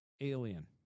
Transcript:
alien